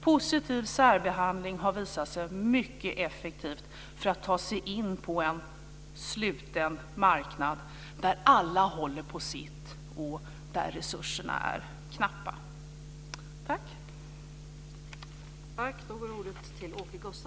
Positiv särbehandling har visat sig mycket effektiv för att man ska kunna ta sig in på en sluten marknad där alla håller på sitt och där resurserna är knappa.